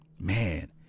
man